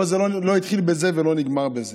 אבל זה לא התחיל בזה ולא נגמר בזה.